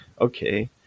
okay